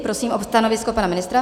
Prosím o stanovisko pana ministra.